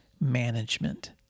management